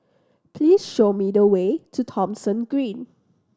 please show me the way to Thomson Green